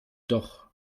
doch